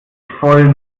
voll